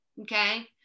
Okay